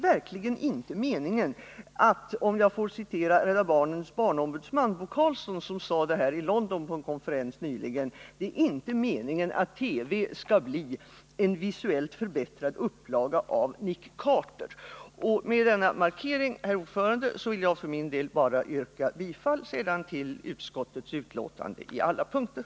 Jag vill citera Rädda barnens barnombudsman Bo Carlsson, som på en konferens i London nyligen sade att det inte är meningen att TV skall bli ”en visuellt förbättrad upplaga av Nick Carter”; det är verkligen inte meningen. Med denna markering, herr talman, vill jag bara yrka bifall till hemställani Nr 102